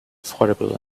affordable